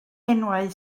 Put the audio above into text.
enwau